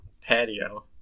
patio